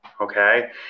Okay